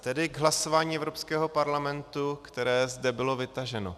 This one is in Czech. Tedy k hlasování Evropského parlamentu, které zde bylo vytaženo.